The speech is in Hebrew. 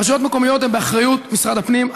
רשויות מקומיות הן באחריות משרד הפנים.